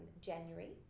January